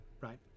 right